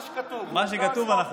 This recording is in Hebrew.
מה שכתוב, רון כץ, רון כץ.